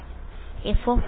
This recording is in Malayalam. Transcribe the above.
വിദ്യാർത്ഥി fn